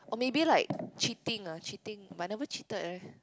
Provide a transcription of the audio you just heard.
or maybe like cheating ah treating but I never cheated eh